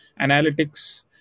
analytics